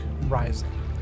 rising